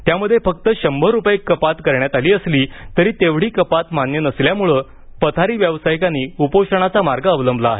त्यामध्ये फक्त शंभर रुपये कपात करण्यात आली असली तरी तेवढी कपात मान्य नसल्यानं पथारी व्यावसायिकांनी उपोषणाचा मार्ग अवलंबला आहे